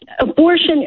Abortion